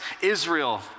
Israel